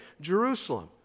Jerusalem